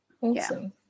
Awesome